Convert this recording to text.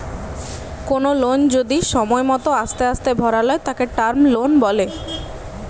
কোনো লোন যদি সময় মতো আস্তে আস্তে ভরালয় তাকে টার্ম লোন বলে